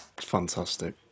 Fantastic